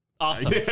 Awesome